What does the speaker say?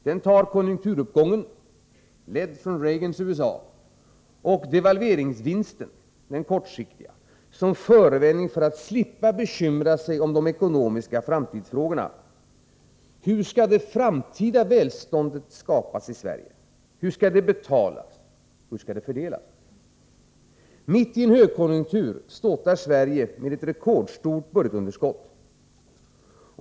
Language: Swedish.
Den tar konjunkturuppgången, ledd från Reagans USA, och devalveringsvinsten, den kortsiktiga, som förevändning för att slippa bekymra sig om de ekonomiska framtidsfrågorna: Hur skall det framtida välståndet i Sverige skapas, betalas och fördelas? Mitt i en högkonjunktur ståtar Sverige med ett rekordstort budgetunder skott.